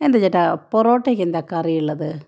എന്താ ചേട്ടാ പൊറോട്ടയ്ക്കെന്താണ് കറിയുള്ളത്